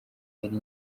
yari